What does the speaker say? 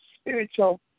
spiritual